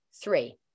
three